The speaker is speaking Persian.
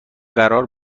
قرار